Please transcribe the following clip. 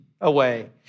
away